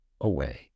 away